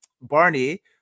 Barney